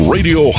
Radio